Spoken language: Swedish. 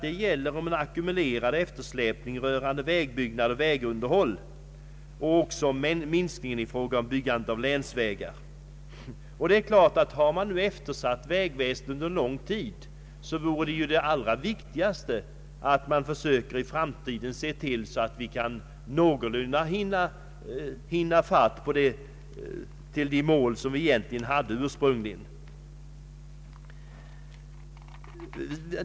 Den gäller en ackumulerad eftersläpning av vägbyggnad och vägunderhåll samt minskningen i fråga om byggandet av länsvägar. Har man nu eftersatt vägväsendet under lång tid vore det av allra största vikt att man försökte att i framtiden se till att vi kunde någorlunda hinna ifatt och nå de mål som vi ursprungligen haft.